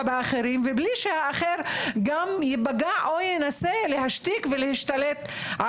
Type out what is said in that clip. באחרים ובלי שהאחר ייפגע או ינסה להשתיק ולהשתלט.